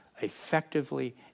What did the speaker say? effectively